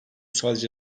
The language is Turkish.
sadece